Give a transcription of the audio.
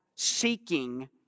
seeking